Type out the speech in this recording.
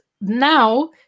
now